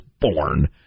born